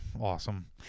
awesome